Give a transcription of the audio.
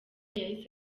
yahise